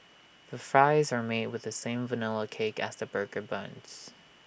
the fries are made with the same Vanilla cake as the burger buns